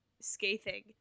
scathing